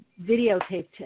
videotaped